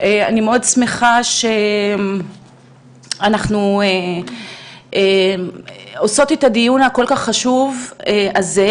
אני מאוד שמחה שאנחנו עושות את הדיון הכל כך חשוב הזה.